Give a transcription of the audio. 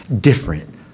different